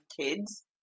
kids